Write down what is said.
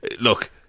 look